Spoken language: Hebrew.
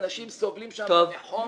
אנשים סובלים שם מחום.